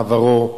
מה עברם,